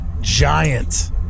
giant